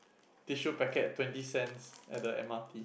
tissue packet twenty cents at the m_r_t